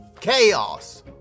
Chaos